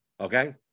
Okay